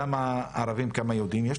כמה ערבים, כמה יהודים?